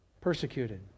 Persecuted